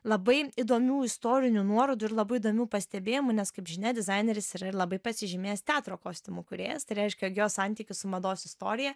labai įdomių istorinių nuorodų ir labai įdomių pastebėjimų nes kaip žinia dizaineris yra labai pasižymėjęs teatro kostiumų kūrėjas tai reiškia jog jo santykis su mados istorija